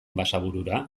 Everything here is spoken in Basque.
basaburura